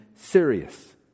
serious